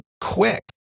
quick